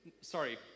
Sorry